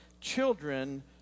children